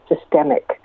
systemic